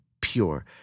pure